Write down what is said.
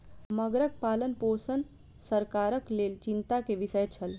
मगरक पालनपोषण सरकारक लेल चिंता के विषय छल